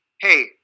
Hey